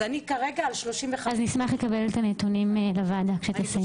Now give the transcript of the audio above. אז אני כרגע על 31 --- אז נשמח לקבל את הנתונים לוועדה כשתסיימו.